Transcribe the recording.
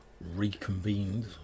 reconvened